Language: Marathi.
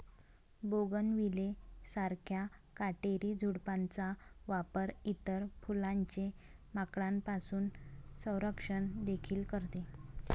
बोगनविले सारख्या काटेरी झुडपांचा वापर इतर फुलांचे माकडांपासून संरक्षण देखील करते